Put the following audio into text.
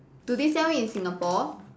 do they sell it in Singapore